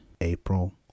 April